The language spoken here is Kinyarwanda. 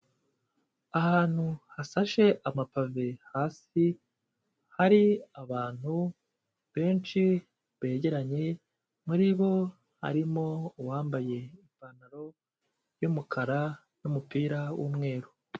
Ahantu hasashe amapave hasi hari abantu benshi begeranye, muri bo harimo uwambaye ipantaro y'umukara n'umupira w'umweru.